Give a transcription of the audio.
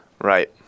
Right